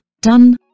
done